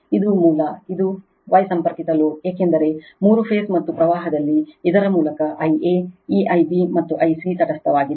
ಇದು ಮೂಲ ಮತ್ತು ಇದು Yಸಂಪರ್ಕಿತ ಲೋಡ್ ಏಕೆಂದರೆ ಮೂರು ಫೇಸ್ ಮತ್ತು ಪ್ರವಾಹದಲ್ಲಿ ಇದರ ಮೂಲಕ Ia ಈ Ib ಮತ್ತು Ic ತಟಸ್ಥವಾಗಿದೆ